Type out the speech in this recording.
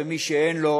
ומי שאין לו,